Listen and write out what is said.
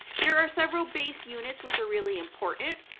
there are several base units, which are really important.